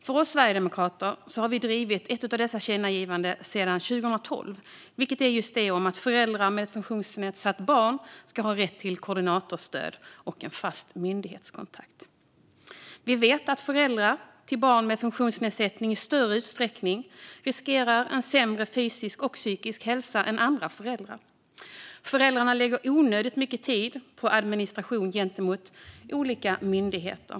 Vi sverigedemokrater har drivit ett av dessa tillkännagivanden sedan 2012, nämligen det om att föräldrar med ett funktionsnedsatt barn ska ha rätt till koordinatorstöd och en fast myndighetskontakt. Vi vet att föräldrar till barn med funktionsnedsättning i större utsträckning riskerar sämre fysisk och psykisk hälsa än andra föräldrar. Föräldrarna lägger onödigt mycket tid på administration gentemot olika myndigheter.